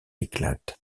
éclate